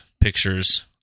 pictures